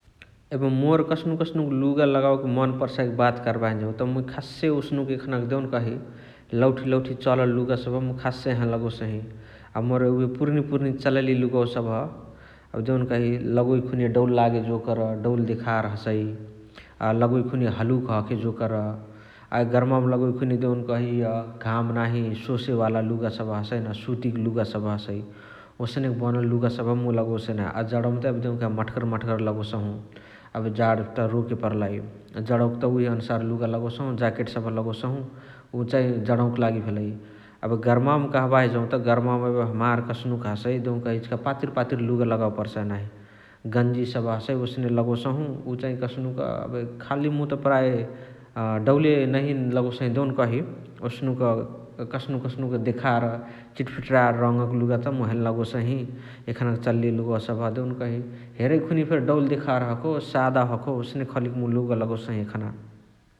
एबे मोर कस्नुक कस्नुक लुगा लगावक्ने मन पर्साऐ कहाँके बात कर्बाही जौत मुइ खास्से ओसनुक एखानेक देउनकही लौठी लौठी चलल लुगा सबह मुइ खास्से हैने लगोसही । अ मोर उहे पुरानी पुरानी चलालि लुगवा सबह एबे देउनकही लगोइ खुनिया डौल लागे जोकर डौल देखार हसइ । अ लगोइ खुनिया हलुक हखे जोकर । अ गर्मावमा लगोइ खुनिय देउकही इअ घाम नाही सोसे वाला लुगा सबह हसइ न । सुतिक लुगा सबह हसइ । ओसनेक बनल लुगा सबह मुइ लगोसही । अ जणवोमा त एबे देउकही मठगर मठगर लगोसहु । एबे जाण त रोके पर्लाई । जणवमा त लुगा लगोसहु जस्केत सबह लगोसहु । उ चाही जणवोमा लगोसहु । अब गर्मावमा कहबाही जौत गर्मावम हमार कस्नुक हसइ देउकही इचिका पातिर पातिर लुगा लगावे पर्साइ नाही । गन्जी सबह हसइ ओसने लगोसहु उ चाही कसनुक एबे खाली मुत प्राए डौले नहिय लगोसही देउनकही । ओसनुक कस्नुक कस्नुक देखार चित्ट्फिटरार रङ लुगा त मुइ हैने लगोसही । एखानेक चलालि लुगवा सबह देउनकही हेरइ खुनिया फेरी देउनकही डौल देखार हखोस साद हखो ओसने खालीक मुइ लुगा लगोसही एखाने ।